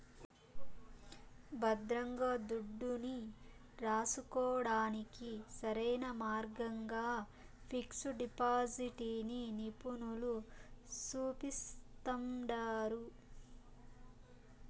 భద్రంగా దుడ్డుని రాసుకోడానికి సరైన మార్గంగా పిక్సు డిపాజిటిని నిపునులు సూపిస్తండారు